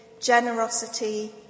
generosity